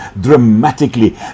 dramatically